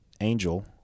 Angel